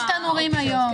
יש תנורים היום.